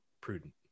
prudent